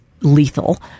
lethal